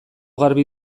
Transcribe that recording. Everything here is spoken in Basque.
garbi